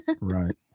Right